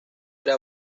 era